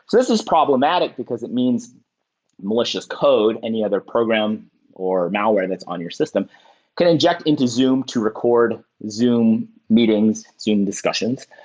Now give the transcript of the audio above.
this is problematic, because it means malicious code. any other program or malware that's on your system can inject into zoom to record zoom meetings, zoom discussions.